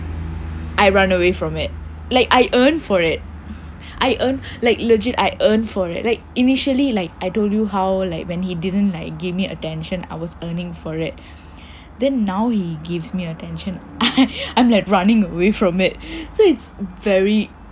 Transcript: I run away from it like I yearn for it I urn like legit I urn for it like initially like I told you how like when he didn't like give me attention I was urning for it then now he gives me attention I'm like running away from it so it's very